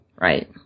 Right